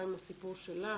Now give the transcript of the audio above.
גם עם הסיפור שלך,